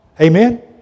Amen